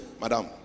madam